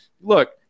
Look